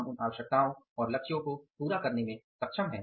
हम उन आवश्यकताओं और लक्ष्यों को पूरा करने में सक्षम हैं